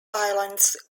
islands